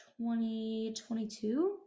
2022